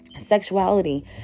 sexuality